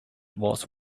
was